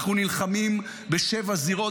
אנחנו נלחמים בשבע זירות.